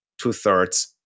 two-thirds